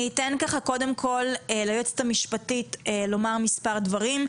אני אתן ככה קודם כל ליועצת המשפטית לומר מספר דברים,